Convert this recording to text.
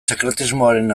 sekretismoaren